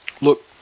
look